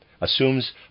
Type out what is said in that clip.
assumes